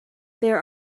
there